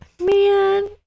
man